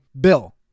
bill